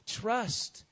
trust